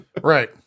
right